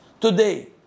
Today